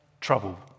trouble